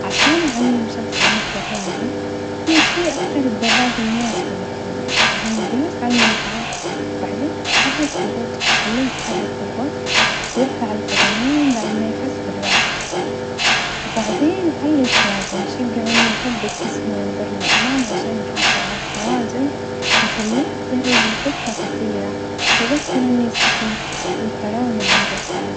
عشان أعلم شخص على الدراجة أول شي اختار الدراجة المناسبة لطوله بعدين الجلوس على المقعد وبعدين التحرك ببطء أخليه يتحرك ببطء ويرفع القدمين بعد ما يحس بالراحة وبعدين أخليه يتوازن وأشجعه إنه يثبت جسمه وينظر للأمام عشان يحافظ على التوازن وأخليه يتدرب فترة قصيرة وأذكره إنه يستخدم الفرامل عند الحاجة.